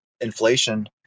inflation